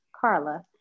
Carla